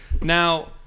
Now